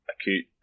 acute